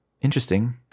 interesting